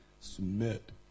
Submit